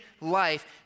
life